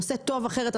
עושה טוב אחרת.